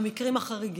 במקרים חריגים.